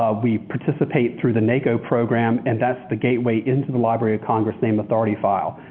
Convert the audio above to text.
ah we participate through the naco program and that's the gateway into the library of congress name authority file.